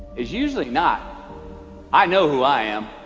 is usually not i know who i am.